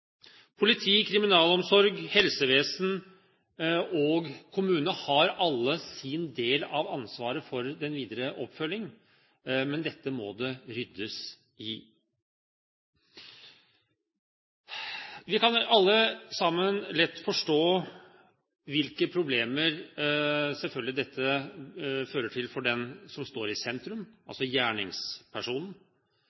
Politi, kriminalomsorg, helsevesen og kommuner har alle sin del av ansvaret for den videre oppfølging, men dette må det ryddes opp i. Vi kan alle sammen lett forstå hvilke problemer dette selvfølgelig fører til for den som står i sentrum